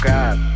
God